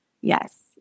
Yes